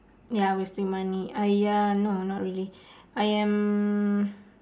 ya wasting money !aiya! no not really I am